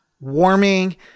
warming